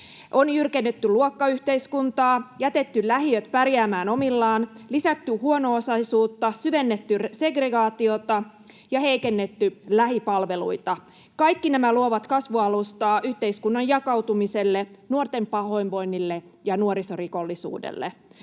On jyrkennetty luokkayhteiskuntaa, jätetty lähiöt pärjäämään omillaan, lisätty huono-osaisuutta, syvennetty segregaatiota ja heikennetty lähipalveluita. Kaikki nämä luovat kasvualustaa yhteiskunnan jakautumiselle, nuorten pahoinvoinnille ja nuorisorikollisuudelle.